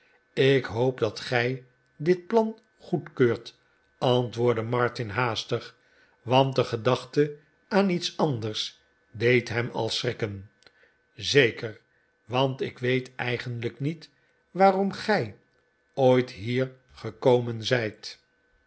ik hoop dat gij dit plan goedkeurt antwoordde martin haastig want de gedachte aan lets anders deed hem al schrikken zeker want ik weet eigenlijk niet waarom gij ooit hier gekomen zijt